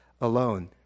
alone